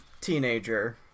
teenager